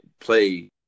play